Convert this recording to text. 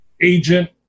agent